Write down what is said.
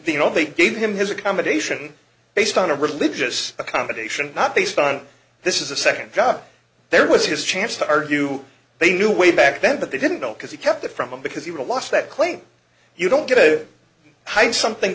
you know they gave him his accommodation based on a religious accommodation not based on this is a second job there was his chance to argue they knew way back then but they didn't know because he kept it from him because he will last that claim you don't get a high something